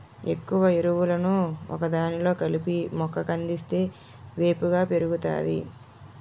ఎక్కువ ఎరువులను ఒకదానిలో కలిపి మొక్క కందిస్తే వేపుగా పెరుగుతాది